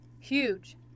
huge